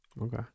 okay